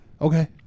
Okay